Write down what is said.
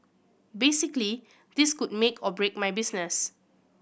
basically this could make or break my business